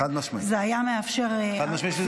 זה היה מאפשר -- חד-משמעית.